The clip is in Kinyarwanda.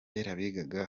bigaga